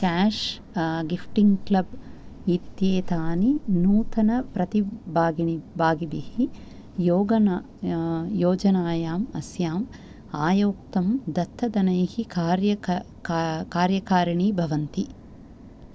cash gifting club इत्येतानि नूतनप्रतिभागिनि भागिभिः योगना योजनायाम् अस्याम् आयोक्तं दत्तधनैः कार्यक का कार्यकरीणी भवन्ति